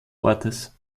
ortes